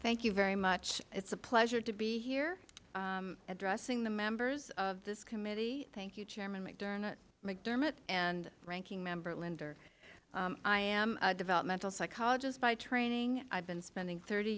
thank you very much it's a pleasure to be here and pressing the members of this committee thank you chairman mcdermott mcdermott and ranking member linder i am a developmental psychologist by training i've been spending thirty